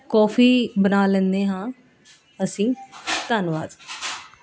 coffee ਬਣਾ ਲੈਂਦੇ ਹਾਂ ਅਸੀਂ ਧੰਨਵਾਦ